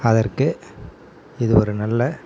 அதற்கு இது ஒரு நல்ல